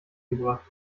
gebracht